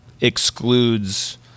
excludes